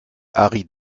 harry